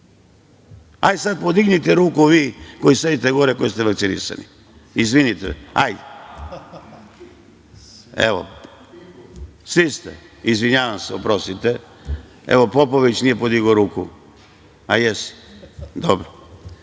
Hajde sada podignite ruku vi, koji sedite gore, koji ste vakcinisani. Evo, svi ste. Izvinjavam se, oprostite. Evo Popović nije podigao ruku. A, jesi. Dobro. Znači,